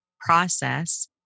process